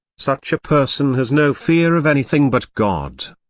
such a person has no fear of anything but god.